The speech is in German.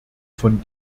von